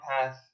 path